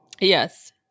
Yes